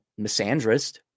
misandrist